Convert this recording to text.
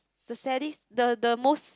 the saddest the the most